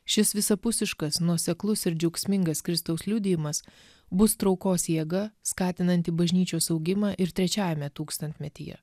šis visapusiškas nuoseklus ir džiaugsmingas kristaus liudijimas bus traukos jėga skatinanti bažnyčios augimą ir trečiajame tūkstantmetyje